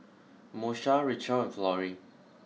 Moesha Richelle and Florie